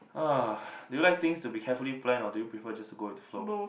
ah do you like things to be carefully planned or do you prefer just to go with the flow